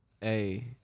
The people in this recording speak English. Hey